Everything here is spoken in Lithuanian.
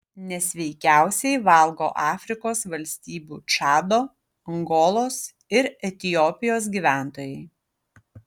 nesveikiausiai valgo afrikos valstybių čado angolos ir etiopijos gyventojai